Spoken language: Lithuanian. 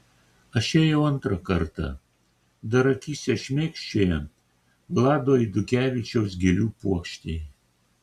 aš ėjau antrą kartą dar akyse šmėkščiojant vlado eidukevičiaus gėlių puokštei